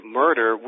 murder